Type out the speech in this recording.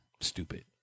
stupid